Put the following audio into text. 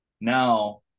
now